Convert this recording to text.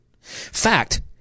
Fact